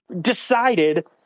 decided